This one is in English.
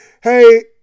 hey